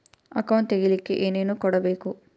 Account ತೆಗಿಲಿಕ್ಕೆ ಏನೇನು ಕೊಡಬೇಕು?